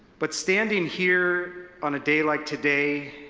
but standing here on a day like today,